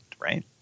right